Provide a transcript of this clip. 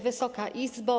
Wysoka Izbo!